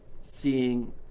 seeing